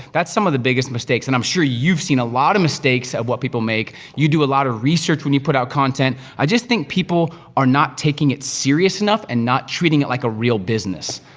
that's some of the biggest mistakes, and i'm sure you've seen a lot of mistakes at what people make. you do a lot of research when you put out content. i just think people are not taking it serious enough, and not treating it like a real business.